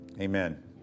amen